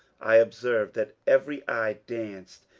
i observed that every eye danced,